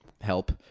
Help